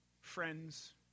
Friends